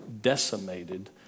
decimated